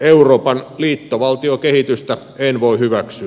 euroopan liittovaltiokehitystä en voi hyväksyä